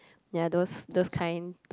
ya those those kind